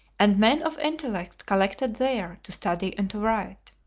and men of intellect collected there to study and to write.